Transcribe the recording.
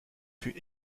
fut